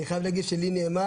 אני חייב להגיד שלי נאמר,